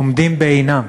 עומדים בעינם,